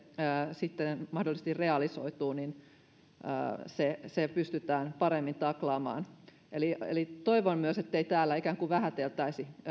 sitten mahdollisesti realisoituu se se pystytään paremmin taklaamaan eli eli toivon myös ettei täällä ikään kuin vähäteltäisi